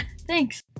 thanks